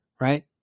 Right